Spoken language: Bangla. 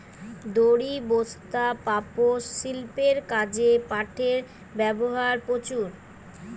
দড়ি, বস্তা, পাপোষ, শিল্পের কাজে পাটের ব্যবহার প্রচুর